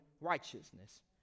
righteousness